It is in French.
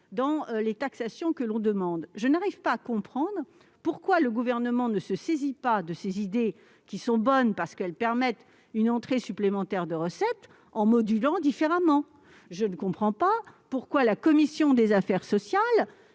dans les taxations que l'on demande, je n'arrive pas à comprendre que le Gouvernement ne se saisisse pas de ces idées, qui sont bonnes, parce qu'elles permettraient une rentrée supplémentaire de recettes, même en modulant les taux différemment. Je ne comprends pas que la commission des affaires sociales,